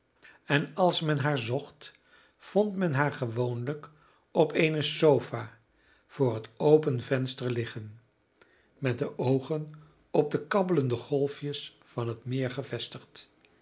en als men haar zocht vond men haar gewoonlijk op eene sofa voor het open venster liggen met de oogen op de kabbelende golfjes van het meer gevestigd